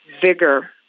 vigor